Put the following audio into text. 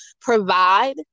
provide